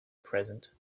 present